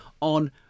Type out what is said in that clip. on